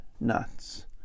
nuts